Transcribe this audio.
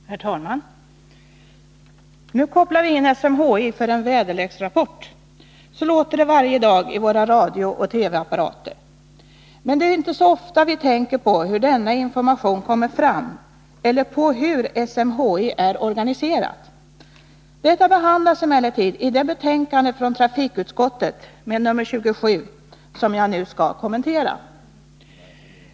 Herr talman! ”Nu kopplar vi in SMHI för en väderleksrapport.” Så låter det varje dag i våra radiooch TV-apparater. Men det är inte så ofta vi tänker på hur denna information kommer fram eller på hur SMHI är organiserat. Detta behandlas emellertid i det betänkande med nr 27 från trafikutskottet som jag nu skall kommentera.